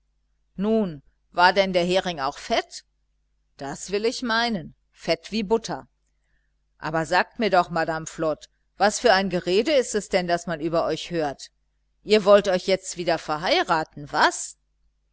nun war denn der hering auch fett das will ich meinen fett wie butter aber sagt mir doch madame flod was für ein gerede ist es denn das man über euch hört ihr wollt euch jetzt wieder verheiraten was